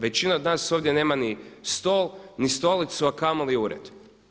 Većina od nas ovdje nema ni stol, ni stolicu, a kamoli ured.